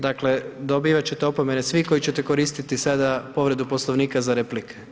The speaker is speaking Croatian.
Dakle dobivati ćete opomene svi koji ćete koristiti sada povredu Poslovnika za replike.